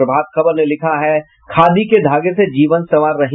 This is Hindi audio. प्रभात खबर ने लिखा है खादी के धागे से जीवन संवार रही महिलाएं